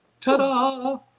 Ta-da